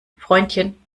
freundchen